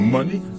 Money